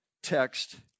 Text